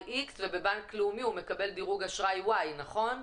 X ובבנק לאומי הוא מקבל דירוג אשראי Y. נכון?